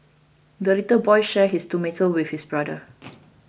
the little boy shared his tomato with his brother